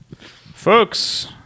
Folks